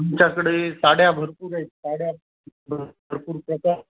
आमच्याकडे साड्या भरपूर आहेत साड्या भरपूर प्रकार